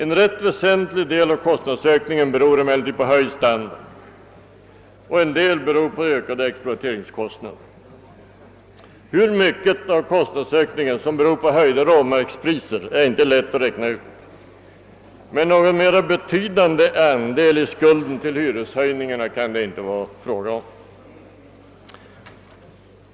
En rätt väsentlig del av denna kostnadsökning beror på höjd standard och en del på ökade exploateringskostnader. Hur mycket av kostnadsökningen som beror på höjda råmarkspriser är inte lätt att räkna ut, men någon mer betydande andel i skulden till hyreshöjningarna kan det inte vara fråga om.